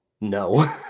no